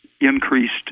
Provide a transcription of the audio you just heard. increased